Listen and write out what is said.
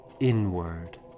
inward